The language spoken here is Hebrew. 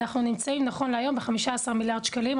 אנחנו נמצאים נכון להיום ב-15 מיליארד שקלים.